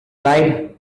bright